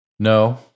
No